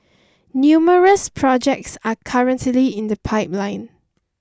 numerous projects are currently in the pipeline